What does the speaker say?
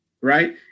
right